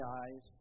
eyes